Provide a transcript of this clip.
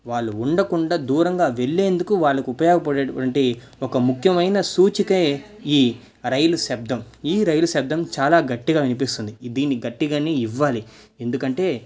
వాళ్లు ఉండకుండా దూరంగా వెళ్ళేందుకు వాళ్ళకు ఉపయోగపడేటువంటి ఒక ముఖ్యమైన సూచికే ఈ రైలు శబ్దం ఈ రైలు శబ్దం చాలా గట్టిగా వినిపిస్తుంది దీన్ని గట్టిగానే ఇవ్వాలి ఎందుకంటే